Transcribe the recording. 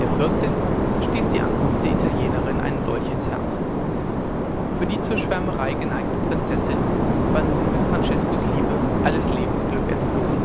der fürstin stieß die ankunft der italienerin einen dolch ins herz für die zur schwärmerei geneigte prinzessin war nun mit franceskos liebe alles lebensglück entflohen